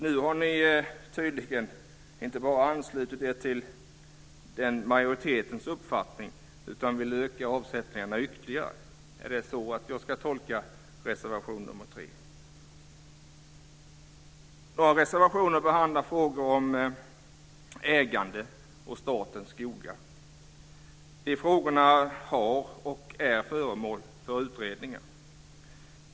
Nu har ni tydligen inte bara anslutit er till majoritetens uppfattning, utan ni vill öka avsättningen ytterligare. Är det så jag ska tolka er reservation 3? Några reservationer behandlar frågor om ägande och statens skogar. Dessa frågor har varit och är föremål för utredningar.